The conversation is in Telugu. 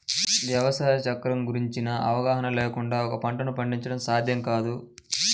వ్యవసాయ చక్రం గురించిన అవగాహన లేకుండా ఒక పంటను పండించడం సాధ్యం కాదు